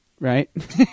Right